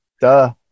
duh